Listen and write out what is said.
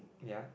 ya